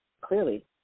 clearly